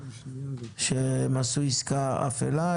שהם עשו עסקה אפלה,